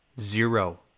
Zero